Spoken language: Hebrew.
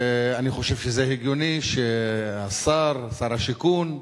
ואני חושב שזה הגיוני, שהשר, שר השיכון,